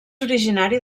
originari